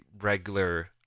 regular